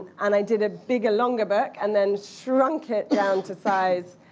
and i did a bigger, longer book, and then shrunk it down to size